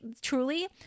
truly